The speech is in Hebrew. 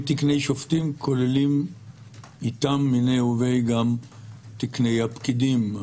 האם תקני שופטים כוללים אתם מניה וביה גם את תקני הפקידים?